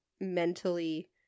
mentally